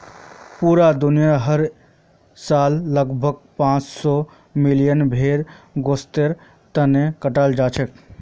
पूरा दुनियात हर साल लगभग पांच सौ मिलियन भेड़ गोस्तेर तने कटाल जाछेक